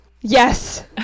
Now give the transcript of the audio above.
Yes